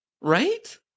Right